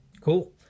Cool